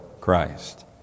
Christ